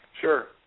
Sure